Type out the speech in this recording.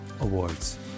awards